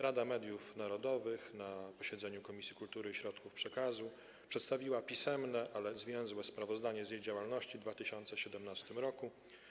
Rada Mediów Narodowych na posiedzeniu Komisji Kultury i Środków Przekazu przedstawiła pisemne, ale zwięzłe sprawozdanie ze swojej działalności w 2017 r.